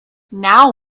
now